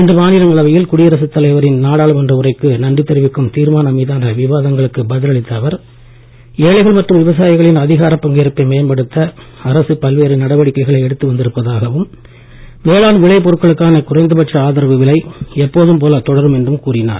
இன்று மாநிலங்களவையில் குடியரசுத் தலைவரின் நாடாளுமன்ற உரைக்கு நன்றி தெரிவிக்கும் தீர்மானம் மீதான விவாதங்களுக்கு பதில் அளித்த அவர் ஏழைகள் மற்றும் விவசாயிகளின் அதிகாரப் பங்கேற்பை அரசு மேம்படுத்த எடுத்து வந்திருப்பதாகவும் வேளாண் விளை பொருட்களுக்கான குறைந்தபட்ச ஆதரவு விலை எப்போதும் போலத் தொடரும் என்றும் கூறினார்